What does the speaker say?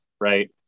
right